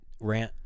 rant